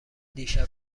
دیشب